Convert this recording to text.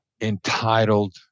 entitled